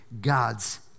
God's